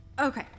Okay